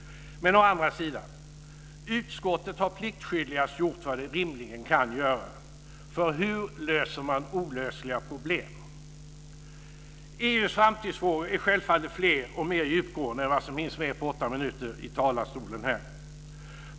Men å andra sidan har utskottet pliktskyldigast gjort vad det rimligen kan göra, för hur löser man olösliga problem? EU:s framtidsfrågor är självfallet fler och mer djupgående än vad som hinns med på åtta minuter från talarstolen.